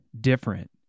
different